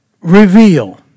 reveal